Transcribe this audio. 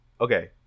okay